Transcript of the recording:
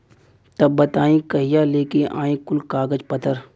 तब बताई कहिया लेके आई कुल कागज पतर?